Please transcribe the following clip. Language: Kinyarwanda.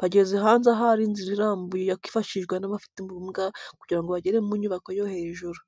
bageze hanze ahari inzira irambuye yakwifashishwa n'abafite ubumuga kugirango bagere mu nyubako yo hejuru.